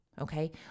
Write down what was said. Okay